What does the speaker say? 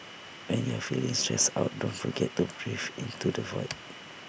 when you are feeling stressed out don't forget to breathe into the void